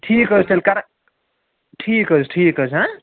ٹھیٖک حظ چھُ تیٚلہِ کَرٕ ٹھیٖک حظ چھُ ٹھیٖک حظ چھُ